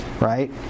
right